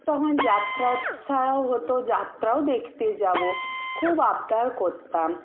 তখন যাত্রা সারাও হতো যাত্রাও দেখতে যাব খুব আবদার করতাম